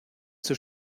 zur